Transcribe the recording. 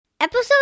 Episode